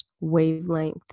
wavelength